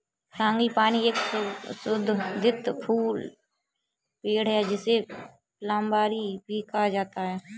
frangipani एक सुगंधित फूल पेड़ है, जिसे प्लंबरिया भी कहा जाता है